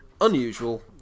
unusual